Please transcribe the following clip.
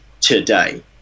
today